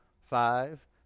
five